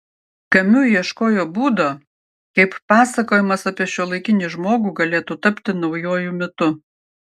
kamiu ieškojo būdo kaip pasakojimas apie šiuolaikinį žmogų galėtų tapti naujuoju mitu